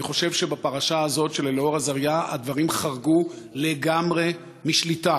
אני חושב שבפרשה הזאת של אלאור אזריה הדברים חרגו לגמרי משליטה,